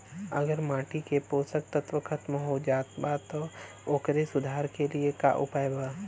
अगर माटी के पोषक तत्व खत्म हो जात बा त ओकरे सुधार के लिए का उपाय बा?